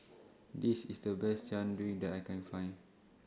This IS The Best Jian Dui that I Can Find